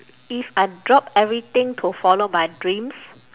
if I drop everything to follow my dreams